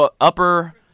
upper